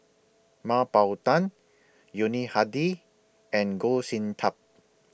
Mah Bow Tan Yuni Hadi and Goh Sin Tub